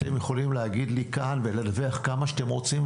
אתם יכולים להגיד לי כאן ולדווח כמה שאתם רוצים,